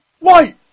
Wait